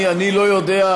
אני לא יודע,